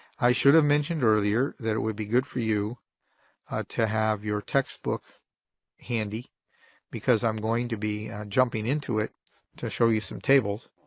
i should have mentioned earlier that it would be good for you to have your textbook handy because i'm going to be jumping into it to show you some tables